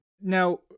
Now